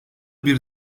bir